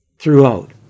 throughout